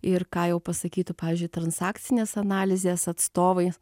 ir ką jau pasakytų pavyzdžiui transakcinės analizės atstovai